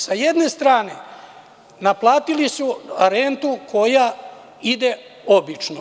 Sa jedne strane, naplatili su rentu koja ide obično.